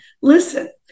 listen